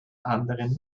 anderen